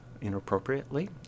inappropriately